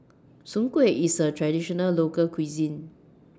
Soon Kway IS A Traditional Local Cuisine